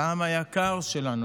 לעם היקר שלנו,